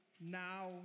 now